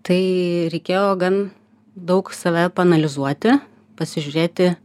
tai reikėjo gan daug save paanalizuoti pasižiūrėti